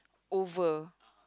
over